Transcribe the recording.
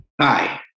Hi